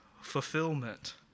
fulfillment